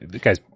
guy's